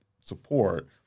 support